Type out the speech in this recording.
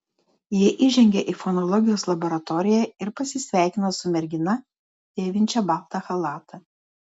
jie įžengia į fonologijos laboratoriją ir pasisveikina su mergina dėvinčia baltą chalatą